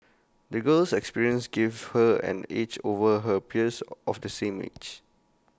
the girl's experiences gave her an edge over her peers of the same age